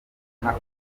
bitaro